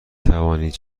توانید